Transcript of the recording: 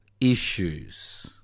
issues